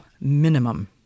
Minimum